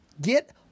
Get